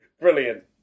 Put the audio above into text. Brilliant